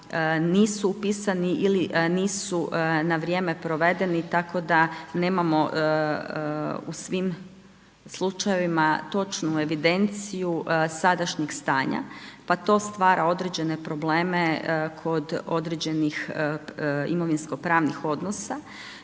nisu upisani ili nisu na vrijeme provedeni tako da nemamo u svim slučajevima točnu evidenciju sadašnjeg stanja pa to stvara određene probleme kod određenih imovinsko pravnih odnosa.